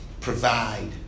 provide